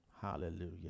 hallelujah